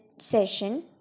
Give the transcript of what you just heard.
session